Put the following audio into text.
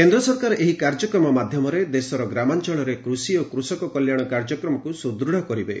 କେନ୍ଦ୍ର ସରକାର ଏହି କାର୍ଯ୍ୟକ୍ରମ ମାଧ୍ୟମରେ ଦେଶର ଗ୍ରାମାଞ୍ଚଳରେ କୃଷି ଓ କୃଷକ କଲ୍ୟାଶ କାର୍ଯ୍ୟକ୍ରମକ୍ତୁ ସୁଦୂଢ କରିବେ